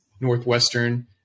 Northwestern